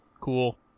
cool